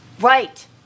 Right